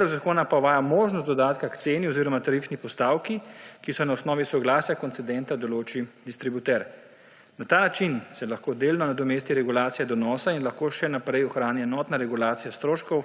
Predlog zakona pa uvaja možnost dodatka k ceni oziroma tarifni postavki, ki jo na osnovi soglasja koncedenta določi distributer. Na ta način se lahko delno nadomesti regulacija donosa in lahko še naprej ohranja enotna regulacija stroškov